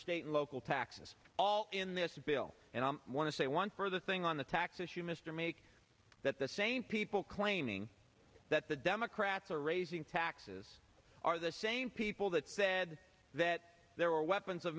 state and local taxes all in this bill and i want to say one further thing on the tax issue mr make that the same people claiming that the democrats are raising taxes are the same people that said that there were weapons of